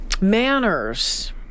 manners